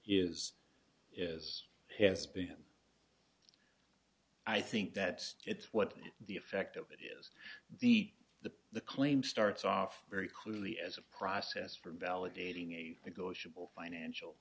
is is has been i think that it's what the effect of it is the the the claim starts off very clearly as a process for validating a big ocean bill financial